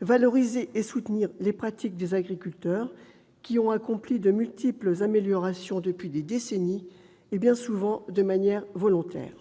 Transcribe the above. valoriser et soutenir les pratiques des agriculteurs qui ont accompli de multiples améliorations depuis des décennies, et ce bien souvent de manière volontaire.